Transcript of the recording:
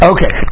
Okay